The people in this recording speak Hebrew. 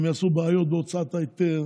הם יעשו בעיות בהוצאת ההיתר